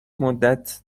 مدت